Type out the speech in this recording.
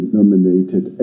nominated